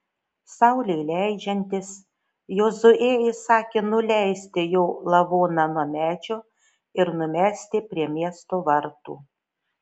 saulei leidžiantis jozuė įsakė nuleisti jo lavoną nuo medžio ir numesti prie miesto vartų